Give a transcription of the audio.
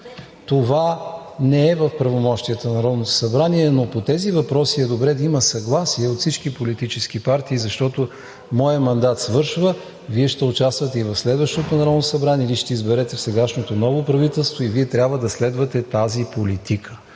Това не е в правомощията на Народното събрание, но по тези въпроси е добре да има съгласие от всички политически партии, защото моят мандат свършва, Вие ще участвате и в следващото Народното събрание, Вие ще изберете в сегашното ново правителство и Вие трябва да следвате тази политика.